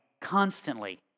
constantly